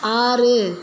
ஆறு